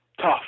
tough